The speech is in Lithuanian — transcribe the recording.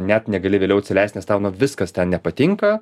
net negali vėliau atsileist nes tau na viskas ten nepatinka